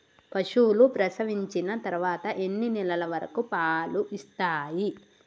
పశువులు ప్రసవించిన తర్వాత ఎన్ని నెలల వరకు పాలు ఇస్తాయి?